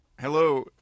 Hello